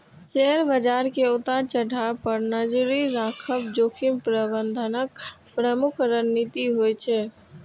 share बाजार के उतार चढ़ाव पर नजरि राखब जोखिम प्रबंधनक प्रमुख रणनीति होइ छै